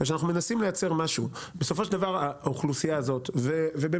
את היית עצמאית בעבר, אני